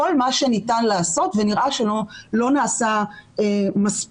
כל מה שניתן לעשות ונראה שלא נעשה מספיק.